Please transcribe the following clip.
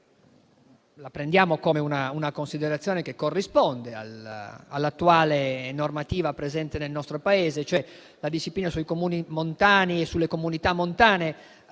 Noi prendiamo questa come una considerazione che si riferisce all'attuale normativa presente nel nostro Paese: la disciplina sui Comuni montani e sulle comunità montane,